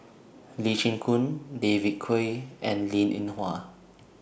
Lee Chin Koon David Kwo and Linn in Hua